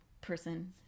person